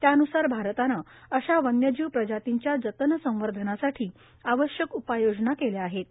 त्यान्सार भारतान अशा वन्यजीव प्रजातींच्या जतन संवर्धनासाठी आवश्यक उपाययोजना का़ल्या आहप्रा